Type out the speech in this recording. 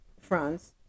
France